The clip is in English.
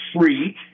free